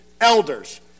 elders